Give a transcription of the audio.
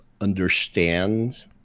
understand